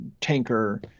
tanker